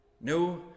No